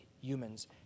humans